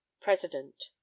President